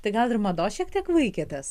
tai gal ir mados šiek tiek vaikėtės